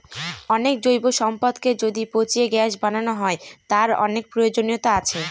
অনেক জৈব সম্পদকে যদি পচিয়ে গ্যাস বানানো হয়, তার অনেক প্রয়োজনীয়তা আছে